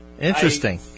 Interesting